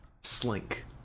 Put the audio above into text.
Slink